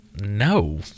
no